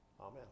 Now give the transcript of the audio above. Amen